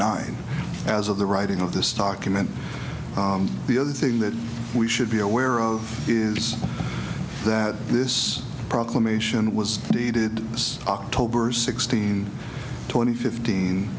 nine as of the writing of this document the other thing that we should be aware of is that this proclamation was dated this october sixteen twenty fifteen